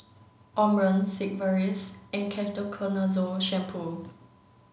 Omron Sigvaris and Ketoconazole shampoo